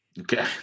Okay